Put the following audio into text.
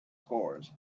scores